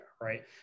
right